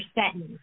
sentence